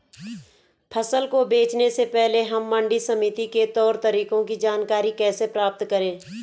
फसल को बेचने से पहले हम मंडी समिति के तौर तरीकों की जानकारी कैसे प्राप्त करें?